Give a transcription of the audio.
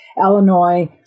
Illinois